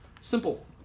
simple